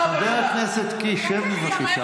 הכנסת זה לא של אבא שלך.